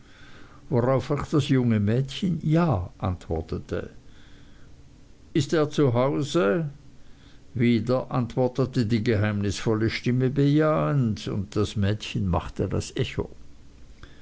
worauf auch das junge mädchen ja antwortete ist er zu hause wieder antwortete die geheimnisvolle stimme bejahend und das mädchen machte das echo